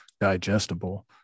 digestible